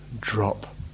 drop